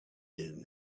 din